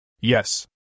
Yes